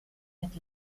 mit